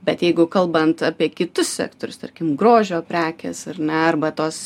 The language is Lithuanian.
bet jeigu kalbant apie kitus sektorius tarkim grožio prekės ar ne arba tos